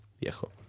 viejo